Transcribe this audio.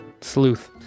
Sleuth